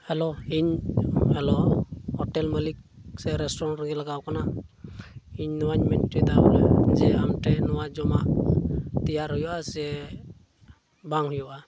hello ᱤᱧ hello hotel ᱢᱟᱹᱞᱤᱠ ᱥᱮ ᱨᱮᱥᱴᱩᱨᱮᱱᱴ ᱨᱮᱜᱮ ᱞᱟᱜᱟᱣ ᱟᱠᱟᱱᱟ ᱤᱧ ᱱᱚᱣᱟᱧ ᱢᱮᱱ ᱦᱚᱪᱚᱭᱮᱫᱟ ᱵᱚᱞᱮ ᱟᱢ ᱴᱷᱮᱡ ᱱᱚᱣᱟ ᱡᱚᱢᱟᱜ ᱛᱮᱭᱟᱨ ᱦᱩᱭᱩᱜᱼᱟ ᱥᱮ ᱵᱟᱝ ᱦᱩᱭᱩᱜᱼᱟ